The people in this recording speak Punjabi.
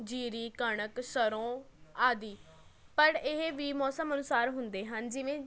ਜੀਰੀ ਕਣਕ ਸਰ੍ਹੋਂ ਆਦਿ ਪਰ ਇਹ ਵੀ ਮੌਸਮ ਅਨੁਸਾਰ ਹੁੰਦੇ ਹਨ ਜਿਵੇਂ